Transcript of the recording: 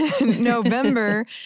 November